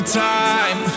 time